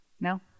No